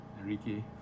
Enrique